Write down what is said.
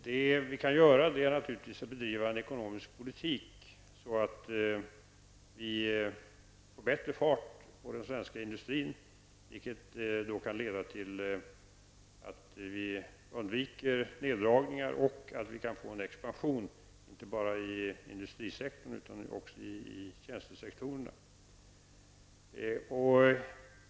Det vi kan göra är naturligtvis att bedriva en sådan ekonomisk politik att vi får bättre fart på den svenska industrin, vilket kan leda till att vi undviker neddragningar och att vi kan få en expansion inte bara i industrisektorn utan också i tjänstesektorerna.